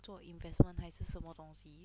做 investment 还是什么东西